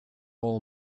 all